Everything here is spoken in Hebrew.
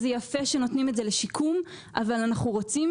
יפה שנותנים את זה לשיקום אבל אנחנו רוצים